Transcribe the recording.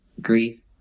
grief